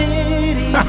City